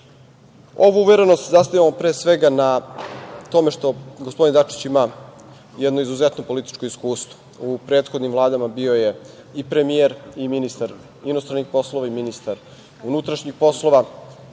Ovu uverenost zasnivamo pre svega na tome što gospodin Dačić ima jedno izuzetno političko iskustvo. U prethodnim vladama bio je i premijer i ministar inostranih poslova i ministar unutrašnjih poslova.